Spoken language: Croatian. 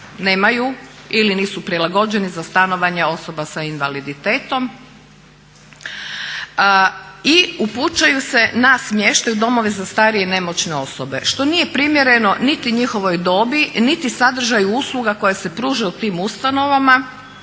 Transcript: nemaju ili nisu prilagođeni za stanovanje osoba sa invaliditetom i upućuju se na smještaj u domove za starije i nemoćne osobe što nije primjereno niti njihovoj dobi, niti sadržaju usluga koje se pružaju u tim ustanovama